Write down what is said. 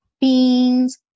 beans